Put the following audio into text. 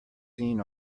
seen